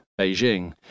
Beijing